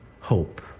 hope